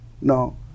no